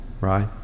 right